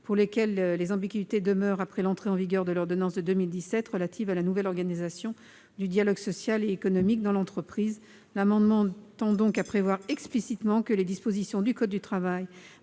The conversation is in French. pour lesquelles des ambiguïtés demeurent après l'entrée en vigueur de l'ordonnance de 2017 relative à la nouvelle organisation du dialogue social et économique dans l'entreprise. L'amendement prévoit explicitement que les dispositions du code du travail